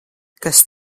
kas